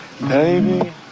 Baby